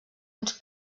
uns